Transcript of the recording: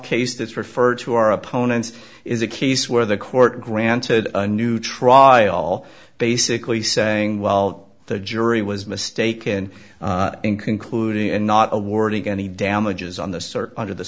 case that's referred to our opponents is a case where the court granted a neutron all basically saying well the jury was mistaken in concluding and not awarding any damages on the search under the